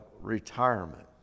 retirement